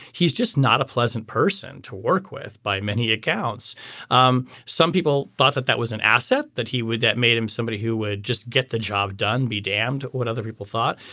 he's just not a pleasant person to work with. by many accounts um some people thought that that was an asset that he would that made him somebody who would just get the job done be damned what other people thought.